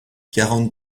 quarante